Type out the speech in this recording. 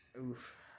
Oof